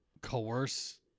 coerce